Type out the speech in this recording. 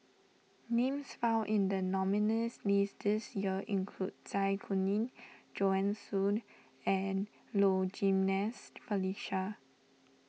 names found in the nominees' list this year include Zai Kuning Joanne Soo and Low Jimenez Felicia